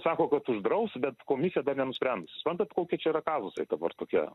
sako kad uždraus bet komisija dar nenusprendusi suprantat kokia čia yra kazusai dabar tokie